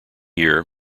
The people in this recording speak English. year